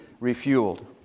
refueled